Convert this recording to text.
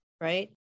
right